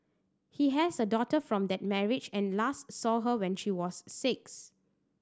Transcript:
he has a daughter from that marriage and last saw her when she was six